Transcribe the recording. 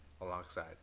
alongside